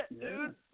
Dude